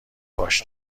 باش